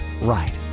right